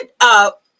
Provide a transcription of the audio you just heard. up